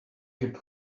hip